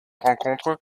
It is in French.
rencontres